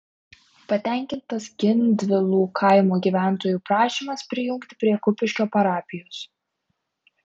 patenkintas gindvilų kaimo gyventojų prašymas prijungti prie kupiškio parapijos